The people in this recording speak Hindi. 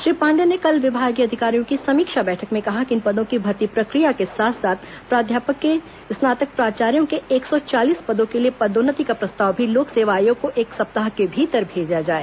श्री पांडेय ने कल विभागीय अधिकारियों की समीक्षा बैठक में कहा कि इन पदों की भर्ती प्रक्रिया के साथ साथ प्राध्यापक से स्नातक प्राचार्यो के एक सौ चालीस पदों के लिए पदोन्नति का प्रस्ताव भी लोक सेवा आयोग को एक सप्ताह के भीतर भेजा जाए